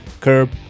curb